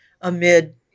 amid